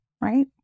right